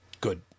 Good